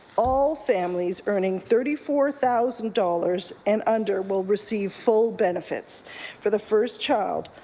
all families earning thirty four thousand dollars and under will receive full benefits for the first child,